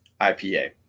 IPA